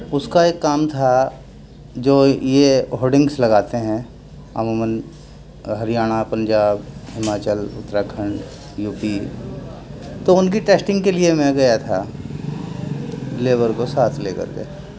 اس کا ایک کام تھا جو یہ ہوڈنگس لگاتے ہیں عموماً ہریانہ پنجاب ہماچل اتراکھنڈ یو پی تو ان کی ٹیسٹنگ کے لیے میں گیا تھا لیبر کو ساتھ لے کر کے